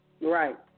Right